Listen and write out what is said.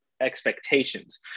expectations